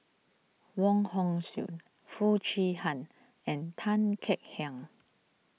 Wong Hong Suen Foo Chee Han and Tan Kek Hiang